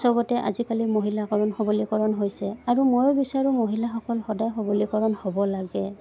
চবতে আজিকালি মহিলাকৰণ সবলীকৰণ হৈছে আৰু ময়ো বিচাৰোঁ মহিলাসকল সদায় সবলীকৰণ হ'ব লাগে